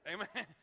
Amen